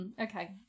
Okay